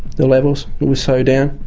the levels, it was so down.